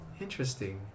Interesting